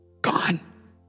gone